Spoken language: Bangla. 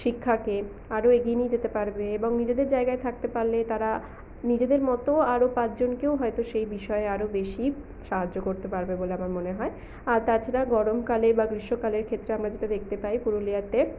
শিক্ষাকে আরো এগিয়ে নিয়ে যেতে পারবে এবং নিজেদের জায়গায় থাকতে পারলে তারা নিজেদের মতো আরো পাঁচজনকেও হয়তো সেই বিষয়ে আরো বেশি সাহায্য করতে পারবে বলে আমার মনে হয় আর তাছাড়া গরমকালে বা গ্রীষ্মকালের ক্ষেত্রে আমরা যেটা দেখতে পাই পুরুলিয়াতে